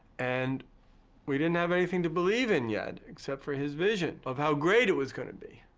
and we didn't have anything to believe in yet except for his vision of how great it was gonna be.